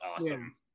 awesome